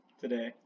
today